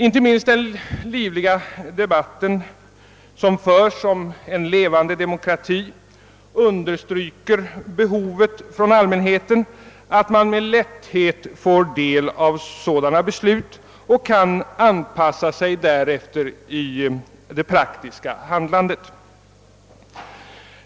Inte minst den livliga debatt som förts om en levande demokrati understryker allmänhetens behov av att med lätthet kunna få del av sådana beslut och kunna anpassa sig därefter i det praktiska handlandet.